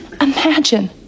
Imagine